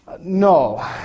No